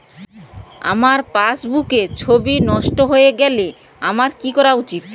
আমার পাসবুকের ছবি নষ্ট হয়ে গেলে আমার কী করা উচিৎ?